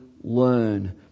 learn